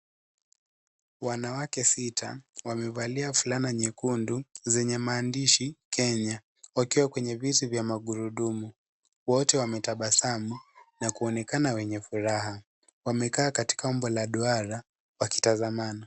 Wanawake sita wamevalia fulana nyekundu zenye maandishi Kenya ,wakiwa kwenye viti vya magurudumu wote wametabasamu na kuonekana wenye furaha. Wamekaa katika umbo la duara wakitazamana.